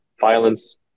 violence